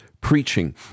preaching